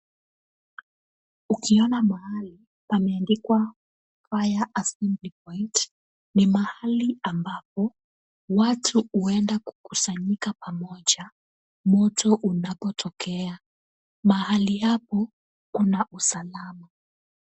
Ukiona mahali pameandika fire assembly point , ni mahali ambapo watu huenda kukusanyika pamoja moto unapotokea. Mahali hapo kuna usalama.